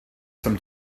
some